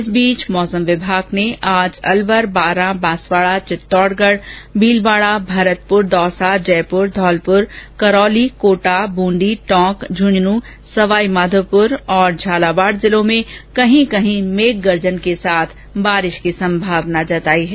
इस बीच मौसम विभाग ने आज अलवर बारा बांसवाडा चित्तौड़गढ़ भीलवाडा भरतपुर दौसा जयपुर घौलपुर करौली कोटा बूंदी टोंक झुन्झुनू सवाईमाघोपुर झालावाड जिलों में कहीं कहीं पर मेघगर्जन के साथ बारिश की संभावना जताई है